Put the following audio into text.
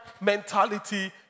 mentality